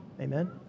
Amen